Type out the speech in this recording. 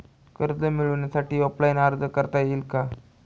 कर्ज मिळण्यासाठी ऑफलाईन अर्ज करता येईल का?